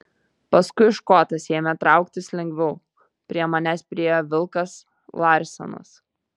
paskui škotas ėmė trauktis lengviau prie manęs priėjo vilkas larsenas